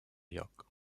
lloc